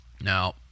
Now